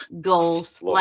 Goals